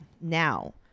now